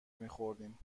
میخوردیم